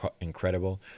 incredible